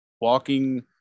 walking